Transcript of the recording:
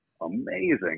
amazing